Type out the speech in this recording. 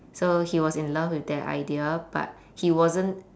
so he was in love with that idea but he wasn't